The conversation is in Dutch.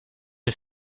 een